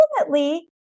ultimately